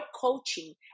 coaching